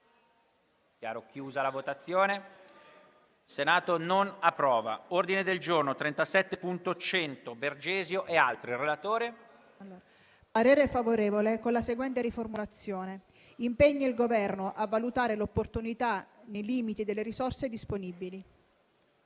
parere favorevole con la seguente: «impegna il Governo a valutare l'opportunità, nei limiti delle risorse disponibili,